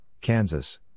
Kansas